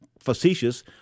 Facetious